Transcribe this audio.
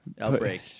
outbreak